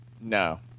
No